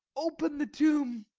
open the tomb,